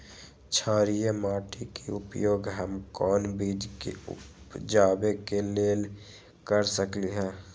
क्षारिये माटी के उपयोग हम कोन बीज के उपजाबे के लेल कर सकली ह?